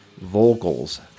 vocals